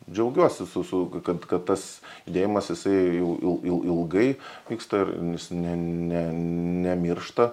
džiaugiuosi su su kad kad tas judėjimas jisai jau il il ilgai vyksta ir jis ne ne nemiršta